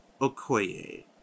Okoye